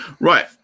right